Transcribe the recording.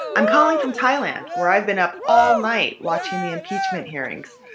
i'm calling from thailand, where i've been up all night watching the impeachment hearings.